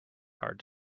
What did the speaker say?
hard